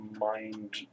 mind